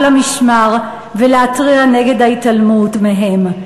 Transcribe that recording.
על המשמר ולהתריע נגד ההתעלמות מהם.